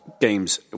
games